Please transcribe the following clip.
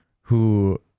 who-